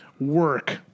work